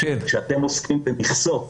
כשאתם עוסקים במכסות,